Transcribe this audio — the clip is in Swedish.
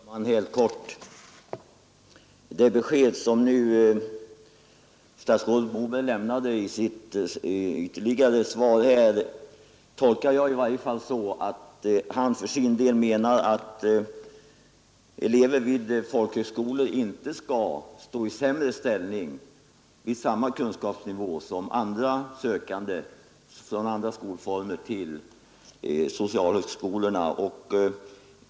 Herr talman! Helt kort: Det besked som statsrådet Moberg lämnade i sitt kompletterande svar tolkar jag i varje fall så, att han för sin del menar att elever vid folkhögskolor inte skall vara i sämre ställning vid samma kunskapsnivå än sökande från andra skolformer till socialhögskolorna.